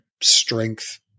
strength